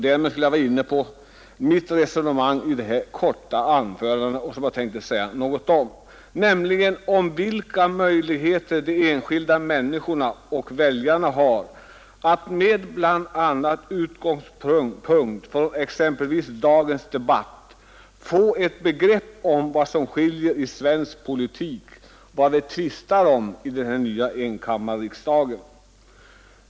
Därmed är jag inne på det jag i mitt korta anförande tänkt säga något om, nämligen vilka möjligheter de enskilda människorna och väljarna har att med bl a. utgångspunkt i dagens debatt få ett begrepp om vad som skiljer i svensk politik, vad vi tvistar om i denna nya enkammarriksdag.